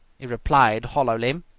he replied hollowly.